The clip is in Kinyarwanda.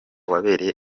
wabereye